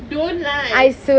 don't lie